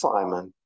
Simon